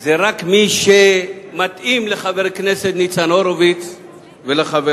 זה רק מי שמתאים לחבר הכנסת ניצן הורוביץ ולחבריו.